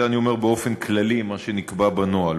את זה אני אומר באופן כללי, מה שנקבע בנוהל.